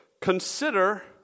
consider